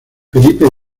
felipe